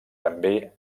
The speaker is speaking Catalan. també